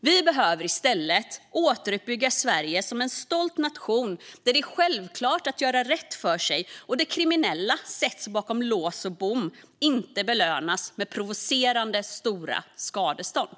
Vi behöver i stället återuppbygga Sverige som en stolt nation, där det är självklart att göra rätt för sig och där kriminella sätts bakom lås och bom och inte belönas med provocerande stora skadestånd.